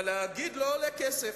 אבל להגיד לא עולה כסף.